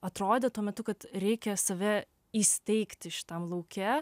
atrodė tuo metu kad reikia save įsteigti šitam lauke